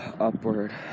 upward